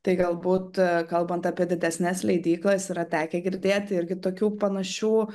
tai galbūt kalbant apie didesnes leidyklas yra tekę girdėt irgi tokių panašių